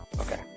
Okay